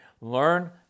Learn